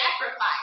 sacrifice